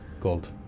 Gold